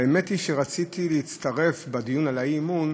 האמת היא שרציתי להצטרף בדיון על האי-אמון,